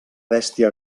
bèstia